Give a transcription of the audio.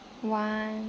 one